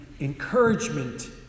encouragement